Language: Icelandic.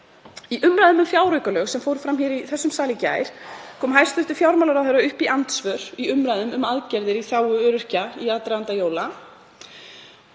Í umræðum um fjáraukalög sem fóru fram í þessum sal í gær kom hæstv. fjármálaráðherra upp í andsvör í umræðum um aðgerðir í þágu öryrkja í aðdraganda jóla